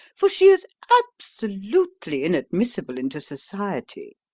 for she is absolutely inadmissible into society.